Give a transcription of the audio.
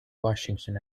washington